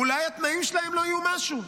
אולי התנאים שלהם לא יהיו משהו.